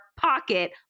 pocket